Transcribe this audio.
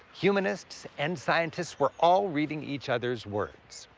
humanists, and scientists were all reading each other's words.